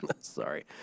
Sorry